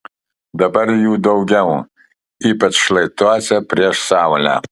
dabar jų daugiau ypač šlaituose prieš saulę